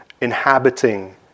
inhabiting